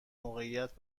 موقعیت